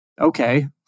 okay